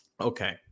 Okay